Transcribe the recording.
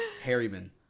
Harryman